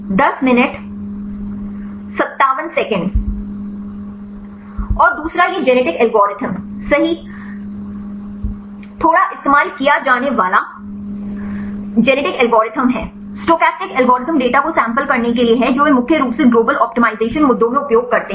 और दूसरा यह जेनेटिक एल्गोरिथ्म सही थोड़ा इस्तेमाल किया जाने वाला जेनेटिक एल्गोरिथ्म है स्टोकेस्टिक एल्गोरिथ्म डेटा को सैंपल करने के लिए है जो वे मुख्य रूप से ग्लोबल ऑप्टिमाइज़ेशन मुद्दों में उपयोग करते हैं